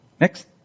Next